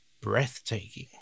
breathtaking